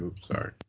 sorry